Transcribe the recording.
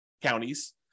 counties